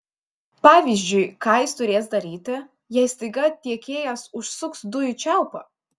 pavyzdžiui ką jis turės daryti jei staiga tiekėjas užsuks dujų čiaupą